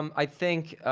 um i think.